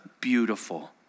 beautiful